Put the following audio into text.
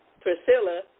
Priscilla